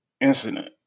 incident